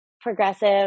progressive